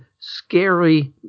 scary